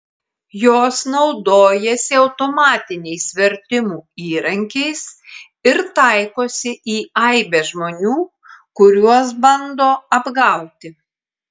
jos naudojasi automatiniais vertimų įrankiais ir taikosi į aibę žmonių kuriuos bando apgauti